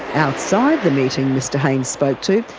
outside the meeting mr haines spoke to,